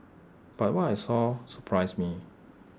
but what I saw surprised me